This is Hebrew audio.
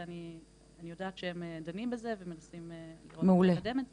ואני יודעת שהם דנים בזה ומנסים מאוד לקדם את זה.